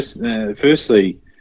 Firstly